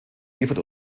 liefert